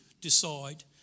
decide